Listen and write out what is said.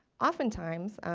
oftentimes,